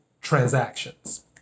transactions